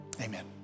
amen